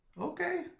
okay